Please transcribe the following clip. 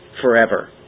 forever